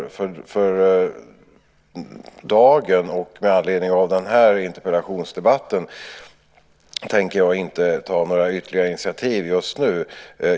Men just nu, för dagen och med anledning av den här interpellationsdebatten, tänker jag inte ta några ytterligare initiativ.